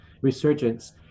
resurgence